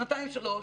שנתיים שלוש,